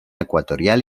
ecuatorial